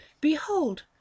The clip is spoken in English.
behold